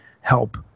help